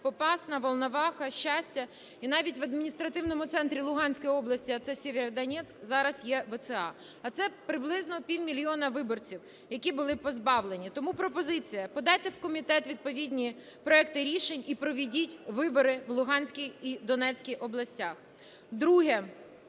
Попасна, Волноваха, Щастя, і навіть в адміністративному центрі Луганської області, а це Сєвєродонецьк, зараз є ВЦА. А це приблизно півмільйона виборців, які були позбавлені. Тому пропозиція подайте в комітет відповідні проекти рішень і проведіть вибори в Луганській і Донецькій областях. Друге.